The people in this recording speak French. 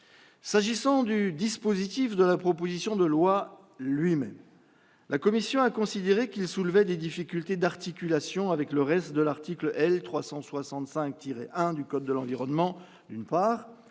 S'agissant du dispositif de la proposition de loi lui-même, la commission a considéré qu'il soulevait des difficultés d'articulation avec le reste de l'article L. 365-1 du code de l'environnement, d'une part,